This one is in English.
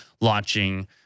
launching